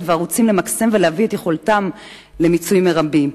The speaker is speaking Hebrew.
וערוצים למקסם ולהביא את יכולתם למיצוי מרבי,